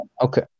Okay